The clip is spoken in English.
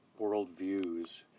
worldviews